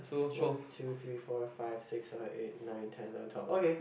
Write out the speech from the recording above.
one two three four five six seven eight nine ten no talk okay